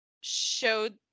showed